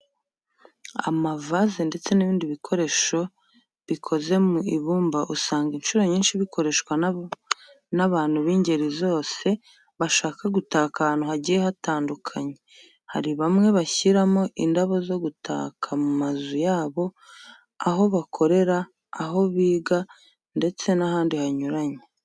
Amavaze ndetse n'ibindi bikoresho bikoze mu ibumba usanga incuro nyinshi bikoreshwa n'abantu b'ingeri zose bashaka gutaka ahantu hagiye hatandukanye. Hari bamwe bashyiramo indabo zo gutaka mu mazu yabo, aho bakorera, aho biga ndetse n'ahandi hanyuranye.